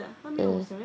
uh